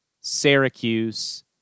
Syracuse